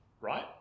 right